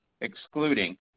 excluding